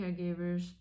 caregivers